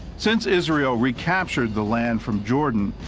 since israel recaptured the land from jordan,